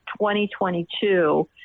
2022